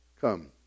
Come